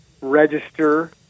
register